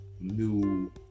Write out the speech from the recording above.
new